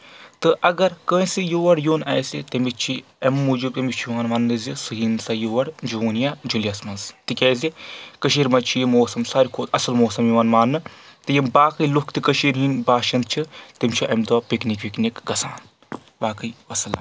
تہٕ اگر کٲنٛسہِ یور یُن آسہِ تٔمِس چھِ اَمہِ موٗجوٗب أمِس چھُ یِوان وننہٕ زِ سُہ یِن سا یور جوٗن یا جولائی منٛز تِکیازِ کٔشیٖر منٛز چھِ یہِ موسم ساروی کھۄتہٕ اَصل موسم یِوان ماننہٕ تہٕ یِم باقٕے لُکھ تہِ کٔشیٖر ہِنٛدۍ باشن چھِ تِم چھِ اَمہِ دۄہ پِکنِک وِکنِک گژھان باقٕے وسلام